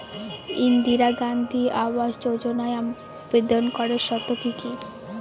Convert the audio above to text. ইন্দিরা গান্ধী আবাস যোজনায় আবেদন করার শর্ত কি কি?